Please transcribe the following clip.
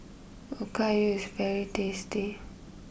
Okayu is very tasty